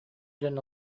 дьон